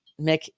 Mick